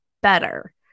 better